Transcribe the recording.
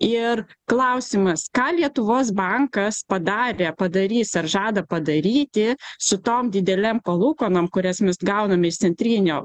ir klausimas ką lietuvos bankas padarė padarys ar žada padaryti su tom didelėm palūkanom kurias mes gauname iš centrinio